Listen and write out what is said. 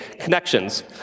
connections